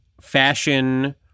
fashion